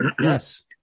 Yes